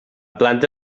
planta